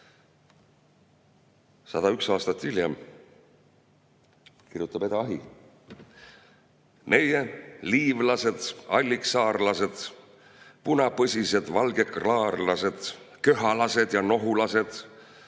101 aastat hiljem kirjutab Eda Ahi: "meie – liivlased, alliksaarlased, punapõsised valgeklaarlased, köhalased ja nohulased